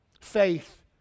Faith